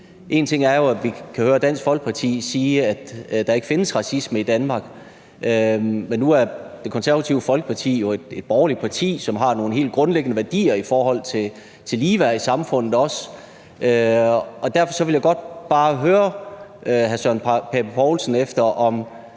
en ting er jo, at vi kan høre Dansk Folkeparti sige, at der ikke findes racisme i Danmark, men nu er Det Konservative Folkeparti jo et borgerligt parti, som har nogle helt grundlæggende værdier i forhold til ligeværd i samfundet også, og derfor ville jeg godt bare høre hr. Søren Pape Poulsen, om